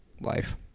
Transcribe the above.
Life